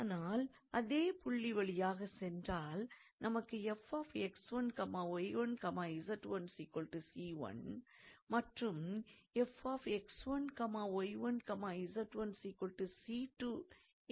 ஆனால் அது அதே புள்ளி வழியாகச் சென்றால் நமக்கு 𝑓𝑥1𝑦1𝑧1 𝑐1 மற்றும் 𝑓𝑥1𝑦1𝑧1 𝑐2 என இருக்கும்